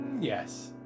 Yes